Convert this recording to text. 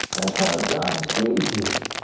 that's how god sees you.